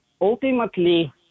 ultimately